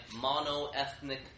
mono-ethnic